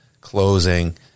closing